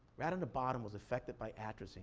rat on the bottom was affected by atrazine